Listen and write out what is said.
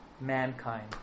mankind